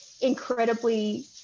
incredibly